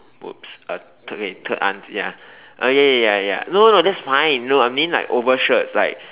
!oops! uh okay third aunt ya okay ya ya ya no no that's fine no I mean like overshirts like